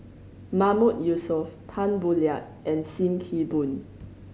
Mahmood Yusof Tan Boo Liat and Sim Kee Boon